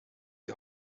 die